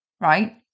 right